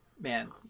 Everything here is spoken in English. man